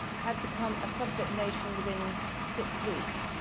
had become a subject nation within six weeks.